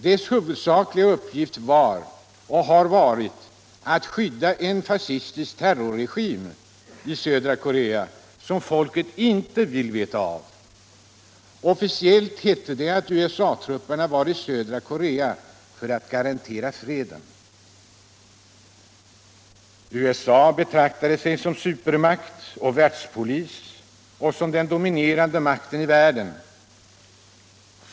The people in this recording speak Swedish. Deras huvudsakliga uppgift har varit att skydda en fascistisk terrorregim i södra Korea, som folket inte ville veta av. Officiellt hette det att USA-trupperna var i södra Korea för att garantera freden. USA betraktade sig som supermakt och världspolis och som den dominerande makten i världen.